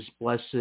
Blessed